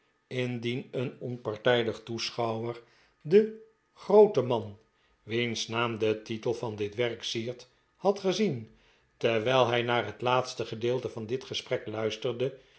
indien een onpartijdig toeschouwer den grooten man wiens naam den titel van dit werk siert had gezien terwijl hij naar het laatste gedeelte van dit gesprek luisterde